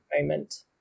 moment